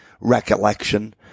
recollection